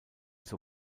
zur